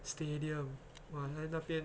stadium !wah! 那那边